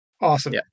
Awesome